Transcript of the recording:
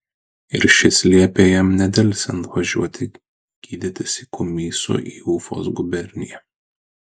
ir šis liepė jam nedelsiant važiuoti gydytis kumysu į ufos guberniją